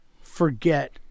forget